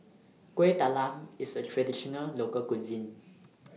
Kueh Talam IS A Traditional Local Cuisine